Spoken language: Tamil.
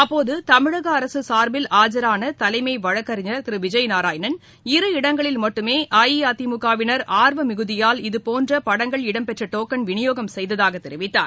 அப்போது தமிழக அரசு சார்பில் ஆஜரான தலைமை வழக்கறிஞர் திரு விஜய் நாராயணன் இரு இடங்களில் மட்டுமே அஇஅதிமுகவினர் ஆர்வம் மிகுதியால் இதபோன்ற படங்கள் இடம்பெற்ற டோக்கள் வினியோகம் செய்ததாக தெரிவித்தார்